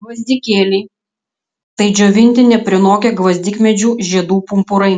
gvazdikėliai tai džiovinti neprinokę gvazdikmedžių žiedų pumpurai